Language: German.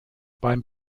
beim